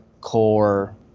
core